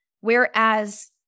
whereas